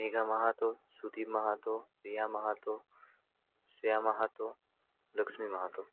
Megha Mahato Sudhir Mahato Riya Mahato Shreya Mahato Laxmi Mahato